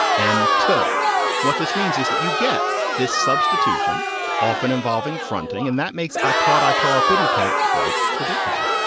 and to what this means is that you get this substitution often involving fronting and that makes i taught i tore puddy tat quite predictable.